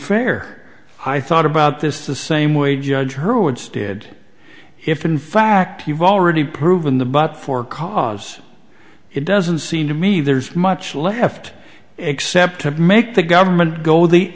fair i thought about this the same way judge who it's did if in fact you've already proven the but for cause it doesn't seem to me there's much left except to make the government go the